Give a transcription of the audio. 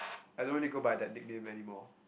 I don't really go by that nickname anymore